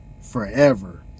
forever